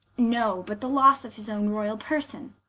no, but the losse of his owne royall person